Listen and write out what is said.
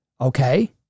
okay